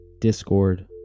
Discord